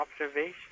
observation